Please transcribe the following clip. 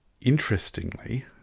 interestingly